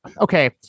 okay